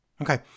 Okay